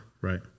Right